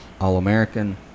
All-American